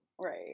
Right